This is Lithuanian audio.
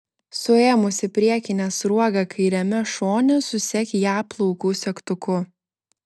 suėmusi priekinę sruogą kairiame šone susek ją plaukų segtuku